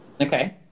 Okay